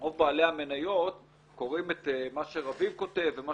רוב בעלי המניות קוראים את מה שרביב כותב ומה